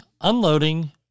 unloading